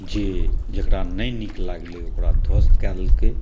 जे जेकरा नहि नीक लागलै ओकरा ध्वस्त कए देलकै